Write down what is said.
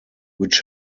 which